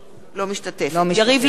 בהצבעה יריב לוין,